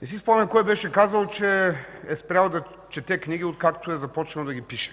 Не си спомням кой беше казал, че е спрял да чете книги, откакто е започнал да ги пише,